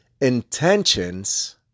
intentions